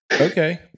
Okay